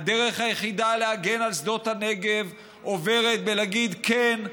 הדרך היחידה להגן על שדות הנגב עוברת בלהגיד "כן"